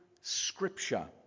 scripture